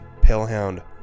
Palehound